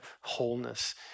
wholeness